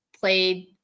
played